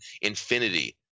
Infinity